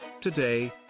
Today